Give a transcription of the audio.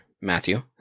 Matthew